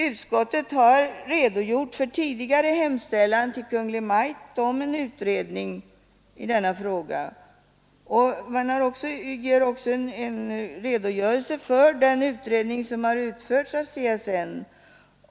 Utskottet har redogjort för tidigare hemställan till Kungl. Maj:t om utredning på denna punkt och redovisar också den utredning som har utförts av CSN.